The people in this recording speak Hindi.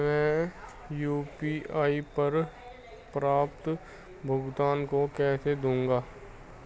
मैं यू.पी.आई पर प्राप्त भुगतान को कैसे देखूं?